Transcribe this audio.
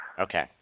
Okay